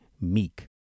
meek